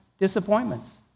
disappointments